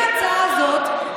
לפי ההצעה הזאת,